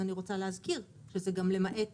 אני רוצה להזכיר שזה גם למעט